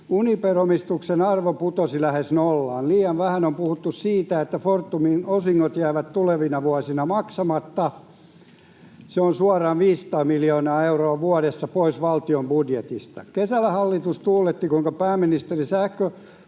Uniper-omistuksen arvo putosi lähes nollaan. Liian vähän on puhuttu siitä, että Fortumin osingot jäävät tulevina vuosina maksamatta, se on suoraan 500 miljoonaa euroa vuodessa pois valtion budjetista. Kesällä hallitus tuuletti, kuinka pääministeri